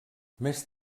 més